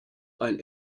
ein